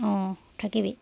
অঁ থাকিবি